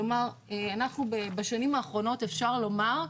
כלומר אנחנו בשנים האחרונות אפשר לומר,